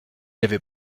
avait